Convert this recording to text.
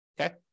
okay